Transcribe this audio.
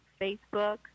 Facebook